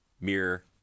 Mirror